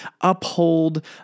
uphold